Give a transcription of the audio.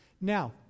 now